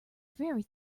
very